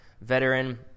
Veteran